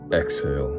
exhale